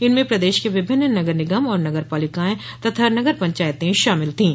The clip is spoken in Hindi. इनमें प्रदेश के विभिन्न नगर निगम नगर पालिकायें और नगर पंचायतें शामिल थीं